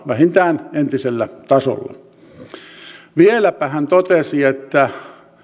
vähintään entisellä tasolla vieläpä hän totesi että